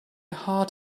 heart